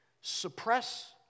suppress